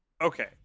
Okay